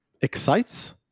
excites